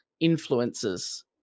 influences